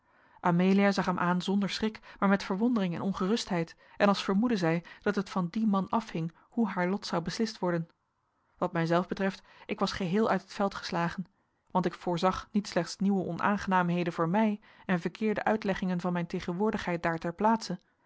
amelia zag hem aan zonder schrik maar met verwondering en ongerustheid en als vermoedde zij dat het van dien man afhing hoe haar lot zou beslist worden wat mijzelf betreft ik was geheel uit het veld geslagen want ik voorzag niet slechts nieuwe onaangenaamheden voor mij en verkeerde uitleggingen van mijn tegenwoordigheid daar ter plaatse